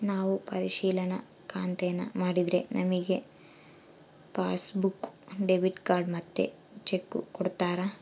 ನಾವು ಪರಿಶಿಲನಾ ಖಾತೇನಾ ಮಾಡಿದ್ರೆ ನಮಿಗೆ ಪಾಸ್ಬುಕ್ಕು, ಡೆಬಿಟ್ ಕಾರ್ಡ್ ಮತ್ತೆ ಚೆಕ್ಕು ಕೊಡ್ತಾರ